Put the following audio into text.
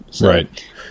Right